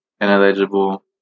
ineligible